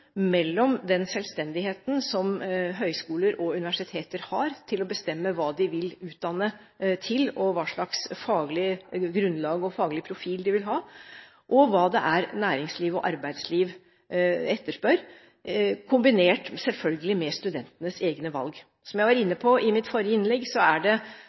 mellom den selvstendigheten som høyskoler og universiteter har til å bestemme hva de vil utdanne til, og hva slags faglig grunnlag og faglig profil de vil ha, og hva det er arbeidsliv og næringsliv etterspør – kombinert, selvfølgelig, med studentenes egne valg. Som jeg var inne på i mitt forrige innlegg, er